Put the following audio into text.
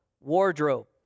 wardrobe